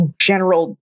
general